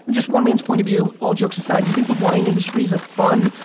just one man's point of view, all jokes aside, do you think the wine industry's a fun,